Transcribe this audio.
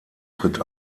tritt